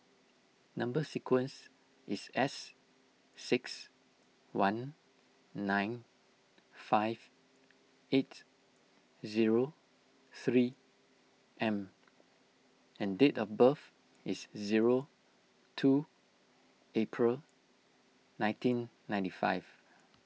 Number Sequence is S six one nine five eight zero three M and date of birth is zero two April nineteen ninety five